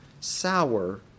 sour